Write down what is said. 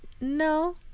no